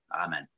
Amen